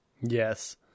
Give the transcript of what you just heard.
Yes